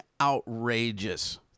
outrageous